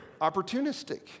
opportunistic